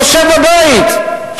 יושב בבית,